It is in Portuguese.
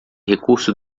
recurso